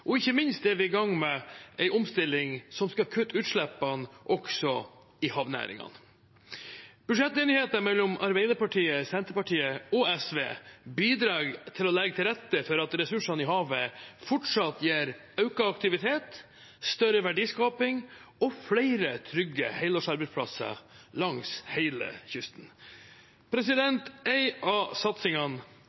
energi. Ikke minst er vi i gang med en omstilling som skal kutte utslippene også i havnæringene. Budsjettenigheten mellom Arbeiderpartiet, Senterpartiet og SV bidrar til å legge til rette for at ressursene i havet fortsatt gir økt aktivitet, større verdiskaping og flere trygge helårsarbeidsplasser langs hele kysten. En av satsingene